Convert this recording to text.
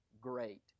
great